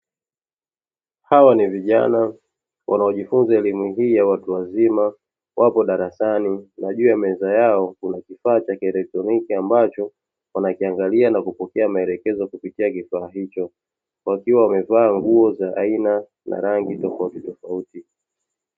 Hawa ni vijana wanaojifunza elimu hii ya watu wazima wapo darasani, na juu ya meza yao kuna kifaa vya kieletroniki ambacho wanakiangalia na kupokea maelekezo kupitia kifaa hicho; wakiwa wamevaa nguo za aina na rangi tofautitofauti.